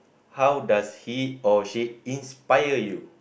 how does he or she inspire you